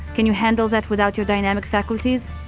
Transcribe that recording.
can you handle that without your dynamic faculties?